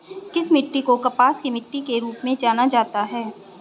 किस मिट्टी को कपास की मिट्टी के रूप में जाना जाता है?